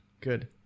Good